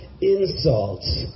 insults